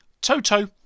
Toto